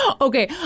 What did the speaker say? Okay